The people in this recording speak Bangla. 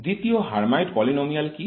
দ্বিতীয় হার্মাইট পলিনোমিয়াল কী